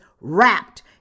wrapped